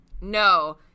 no